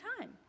time